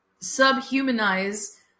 subhumanize